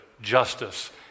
justice